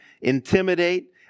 intimidate